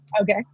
Okay